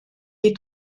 les